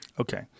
Okay